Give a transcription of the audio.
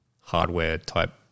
hardware-type